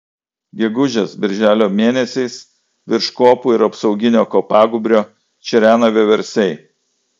gegužės birželio mėnesiais virš kopų ir apsauginio kopagūbrio čirena vieversiai